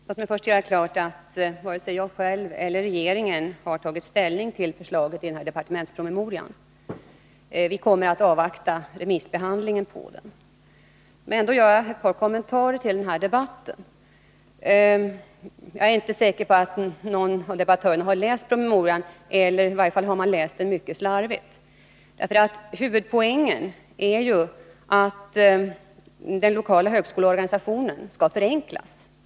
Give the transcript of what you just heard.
Herr talman! Låt mig först göra klart att varken jag själv eller regeringen har tagit ställning till förslaget i den aktuella departementspromemorian; vi kommer att avvakta remissbehandlingen. Men jag vill ändå göra ett par kommentarer. Jag ärinte säker på att någon av debattörerna har läst promemorian; i varje fall har man läst den mycket slarvigt. Huvudpoängen är ju att den lokala högskoleorganisationen skall förenklas.